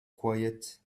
quiet